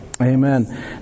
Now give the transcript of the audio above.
Amen